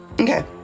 okay